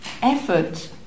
effort